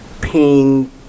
pain